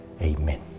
Amen